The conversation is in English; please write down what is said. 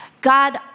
God